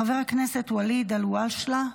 חבר הכנסת ואליד אלהואשלה,